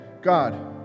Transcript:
God